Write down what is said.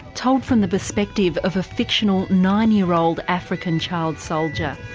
told from the perspective of a fictional nine year-old african child soldier.